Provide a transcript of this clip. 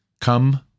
Come